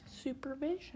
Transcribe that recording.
supervision